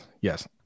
Yes